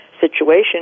situation